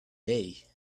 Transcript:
day